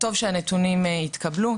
טוב שהנתונים התקבלו,